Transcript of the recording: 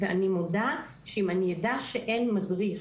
ואני מודה שאם אני אדע שאין מדריך,